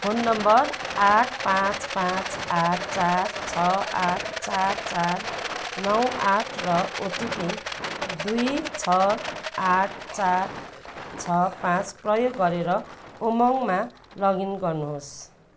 phone number आठ पाँच पाँच आठ चार छ आठ चार चार नौ आठ र ओटिपी दुई छ आठ चार छ पाँच प्रयोग गरेर उमङ्गमा लगइन गर्नुहोस्